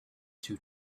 two